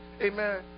amen